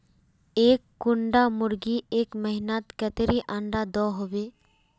एक कुंडा मुर्गी एक महीनात कतेरी अंडा दो होबे?